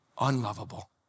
unlovable